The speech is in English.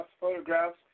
photographs